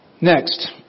Next